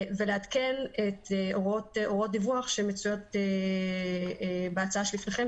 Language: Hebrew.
ולעדכן הוראות דיווח שמצויות בהצעה שבפניכם,